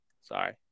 Sorry